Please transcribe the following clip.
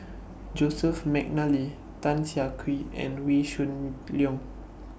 Joseph Mcnally Tan Siah Kwee and Wee Shoo Leong